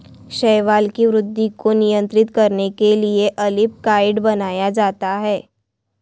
शैवाल की वृद्धि को नियंत्रित करने के लिए अल्बिकाइड बनाया जाता है